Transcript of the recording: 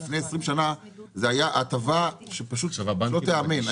לפני 20 שנה זה היה הטבה שפשוט לא תיאמן.